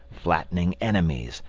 flattening enemies,